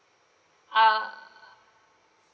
err